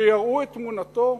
שיראו את תמונתו,